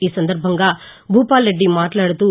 ఈ సందర్బంగా భూపాల్ రెడ్డి మాట్లాడుతూ